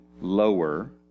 lower